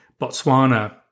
botswana